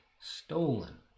stolen